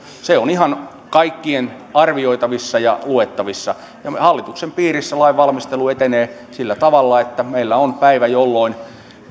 se on ihan kaikkien arvioitavissa ja luettavissa ja hallituksen piirissä lainvalmistelu etenee sillä tavalla että meillä on päivä jolloin